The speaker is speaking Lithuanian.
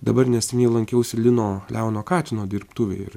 dabar neseniai lankiausi lino leono katino dirbtuvėj ir